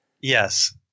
Yes